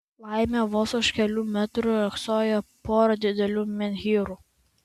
laimė vos už kelių metrų riogsojo pora didelių menhyrų